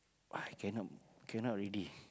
I cannot cannot already